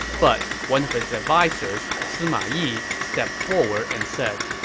but one of his advisers, sima yi, stepped forward and said,